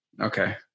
Okay